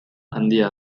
handia